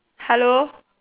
hello